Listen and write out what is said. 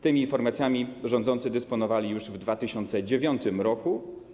Tymi informacjami rządzący dysponowali już w 2009 r.